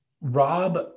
Rob